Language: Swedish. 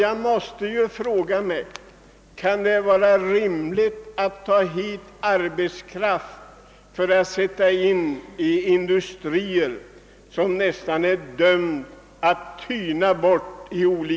Jag måste fråga: Kan det vara rimligt att ta in utländsk arbetskraft i vårt land och sätta in den i industrier som nästan är dömda att tyna bort?